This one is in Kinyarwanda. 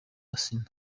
asinah